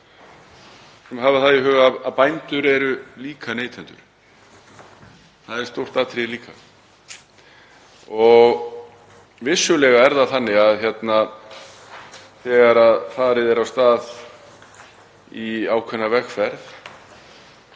skulum hafa það í huga að bændur eru líka neytendur. Það er stórt atriði líka. Vissulega er það þannig þegar farið er af stað í ákveðna vegferð,